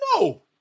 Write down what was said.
No